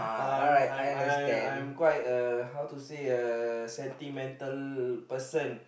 I'm I'm I'm I'm quite a how to say a sentimental person